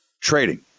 trading